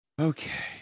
Okay